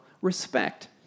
respect